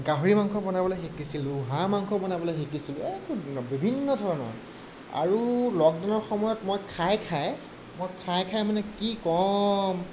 গাহৰি মাংস বনাবলৈ শিকিছিলো হাঁহ মাংস বনাবলৈ শিকিছিলো এইবোৰ বিভিন্ন ধৰণৰ আৰু লকডাউনৰ সময়ত মই খাই খাই মই খাই খাই মানে কি ক'ম